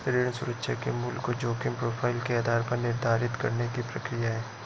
ऋण सुरक्षा के मूल्य को जोखिम प्रोफ़ाइल के आधार पर निर्धारित करने की प्रक्रिया है